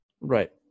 Right